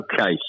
Okay